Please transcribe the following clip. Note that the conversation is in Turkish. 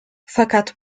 fakat